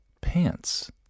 pants